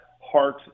Heart